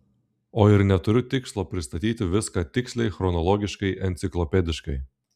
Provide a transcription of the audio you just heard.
o ir neturiu tikslo pristatyti viską tiksliai chronologiškai enciklopediškai